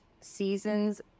seasons